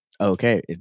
Okay